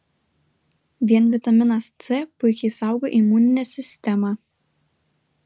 vien vitaminas c puikiai saugo imuninę sistemą